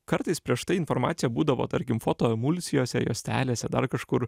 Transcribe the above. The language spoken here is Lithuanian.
kartais prieš tai informacija būdavo tarkim foto emulsijose juostelėse dar kažkur